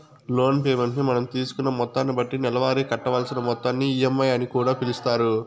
loan payment ని మనం తీసుకున్న మొత్తాన్ని బట్టి నెలవారీ కట్టవలసిన మొత్తాన్ని ఈ.ఎం.ఐ అని కూడా పిలుస్తారు